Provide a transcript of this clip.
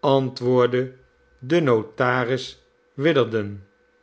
antwoordde de notaris